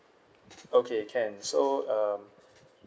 okay can so um